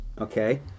Okay